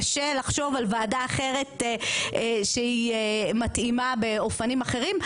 שקשה לחשוב על ועדה אחרת שהיא מתאימה באופנים אחרים,